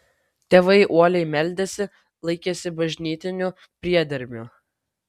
tėvai uoliai meldėsi laikėsi bažnytinių priedermių